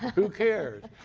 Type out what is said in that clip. who cares?